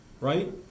right